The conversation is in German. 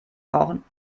brauchen